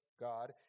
God